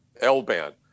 L-band